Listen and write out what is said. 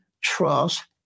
trust